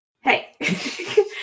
hey